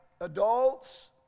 adults